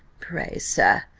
pray, sir,